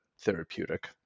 therapeutic